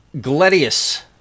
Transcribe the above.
Gladius